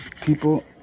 people